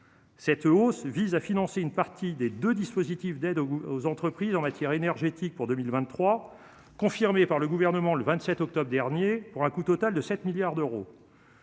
cette hausse vise à financer une partie des 2 dispositifs d'aide aux entreprises en matière énergétique pour 2023 confirmée par le gouvernement le 27 octobre dernier pour un coût total de 7 milliards d'euros.